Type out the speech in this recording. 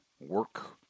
work